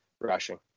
rushing